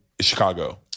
Chicago